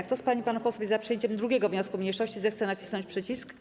Kto z pań i panów posłów jest za przyjęciem 2. wniosku mniejszości, zechce nacisnąć przycisk.